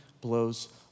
blows